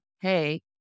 hey